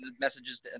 Messages